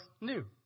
new